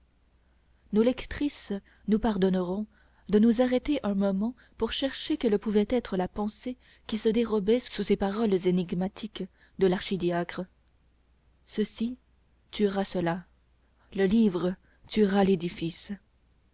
nos lectrices nous pardonneront de nous arrêter un moment pour chercher quelle pouvait être la pensée qui se dérobait sous ces paroles énigmatiques de l'archidiacre ceci tuera cela le livre tuera l'édifice